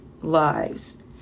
lives